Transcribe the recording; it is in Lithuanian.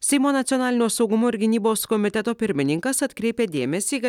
seimo nacionalinio saugumo ir gynybos komiteto pirmininkas atkreipė dėmesį kad